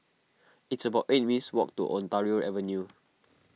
it's about eight minutes' walk to Ontario Avenue